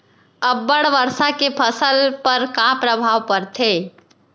अब्बड़ वर्षा के फसल पर का प्रभाव परथे?